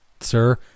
Sir